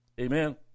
Amen